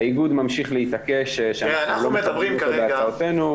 האיגוד ממשיך להתעקש שאנחנו לא --- בהצעתנו,